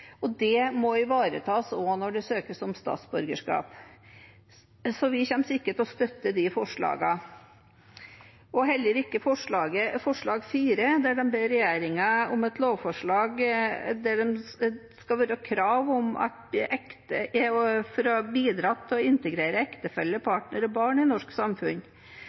Det må ivaretas også når det søkes om statsborgerskap. Vi kommer ikke til å støtte de forslagene, og heller ikke forslag 4, der de ber regjeringen om et lovforslag der det skal være et krav å ha bidratt til å integrere ektefelle, partner eller barn i